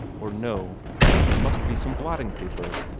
or no there must be some blotting-paper.